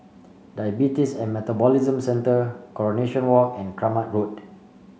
Diabetes and Metabolism Centre Coronation Walk and Kramat Road